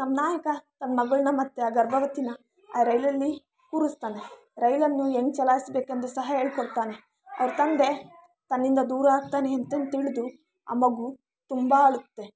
ನಮ್ಮ ನಾಯಕ ತನ್ನ ಮಗಳನ್ನ ಮತ್ತೆ ಆ ಗರ್ಭವತೀನ ಆ ರೈಲಲ್ಲಿ ಕೂರಿಸ್ತಾನೆ ರೈಲನ್ನು ಹೇಗೆ ಚಲಾಯಿಸ್ಬೇಕು ಎಂದು ಸಹಾ ಹೇಳ್ಕೊಡ್ತಾನೆ ಅವರ ತಂದೆ ತನ್ನಿಂದ ದೂರ ಆಗ್ತಾನೆ ಅಂತ ತಿಳಿದು ಆ ಮಗು ತುಂಬ ಅಳುತ್ತೆ